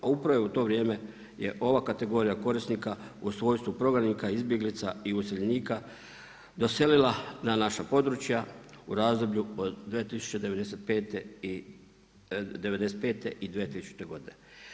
A upravo u to vrijeme je ova kategorija korisnika u svojstvu prognanika, izbjeglica i useljenika doselila na naša područja u razdoblju '95. i 2000. godine.